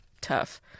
tough